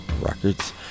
records